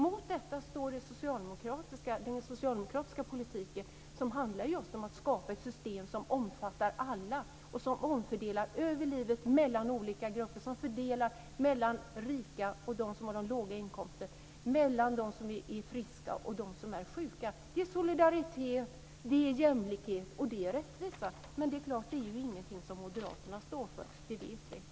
Mot detta står den socialdemokratiska politiken, som just handlar om att skapa ett system som omfattar alla och som omfördelar över livet, mellan olika grupper, som fördelar mellan de rika och de som har de låga inkomsterna, mellan de som är friska och de som är sjuka. Det är solidaritet, det är jämlikhet och det är rättvisa. Men det är klart; det är inget som moderaterna står för. Det vet vi.